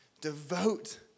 devote